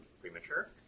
premature